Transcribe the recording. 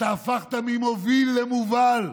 אתה הפכת ממוביל למובל.